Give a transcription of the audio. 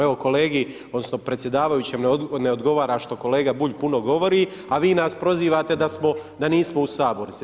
Evo kolegi, odnosno predsjedavajućem ne odgovara što kolega Bulj puno govori, a vi nas prozivate da nismo u sabornici.